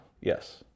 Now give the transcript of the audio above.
yes